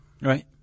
Right